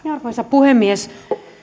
arvoisa puhemies